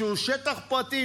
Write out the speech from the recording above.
שהוא שטח פרטי,